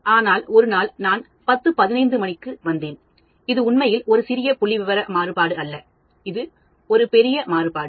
ஆனால் ஒரு நாள் நான் 1015 மணிக்கு வந்தேன் இது உண்மையில் ஒரு சிறிய புள்ளிவிவர மாறுபாடு அல்ல அது ஒரு பெரியது மாறுபாடு